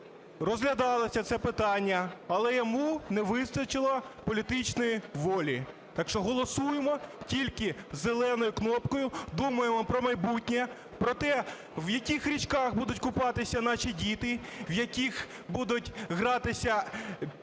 розглядалося це питання, але йому не вистачило політичної волі, так що голосуємо тільки зеленою кнопкою, думаємо про майбутнє, про те, в яких річках будуть купатися наші діти, в яких будуть гратися